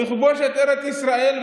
לכבוש את ארץ ישראל,